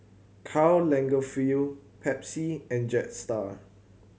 Karl Lagerfeld Pepsi and Jetstar